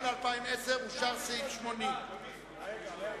גם ל-2010 אושר סעיף 80. רגע, רגע.